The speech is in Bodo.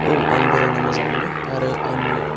औ आं बेरायनो मोजां मोनो आरो आंनि